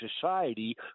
society